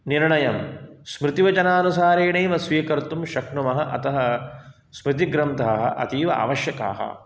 निर्णयं स्मृतिवचनानुसारेणैव स्वीकर्तुं शक्नुमः अतः स्मृतिग्रन्थाः अतीव अवश्यकाः